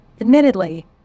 Admittedly